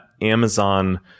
amazon